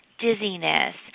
dizziness